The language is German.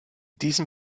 diesem